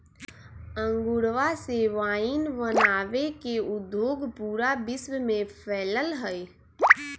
अंगूरवा से वाइन बनावे के उद्योग पूरा विश्व में फैल्ल हई